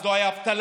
אז לא הייתה אבטלה,